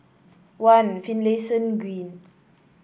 One Finlayson Green